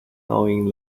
knowing